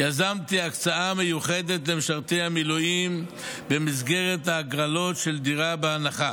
יזמתי הקצאה מיוחדת למשרתי המילואים במסגרת ההגרלות של דירה בהנחה.